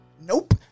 Nope